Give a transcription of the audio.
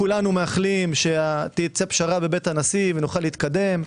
כולנו מאחלים שתצא פשרה בבית הנשיא ונוכל להתקדם.